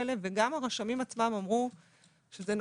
גם הרשמים עצמם אמרו שנכון,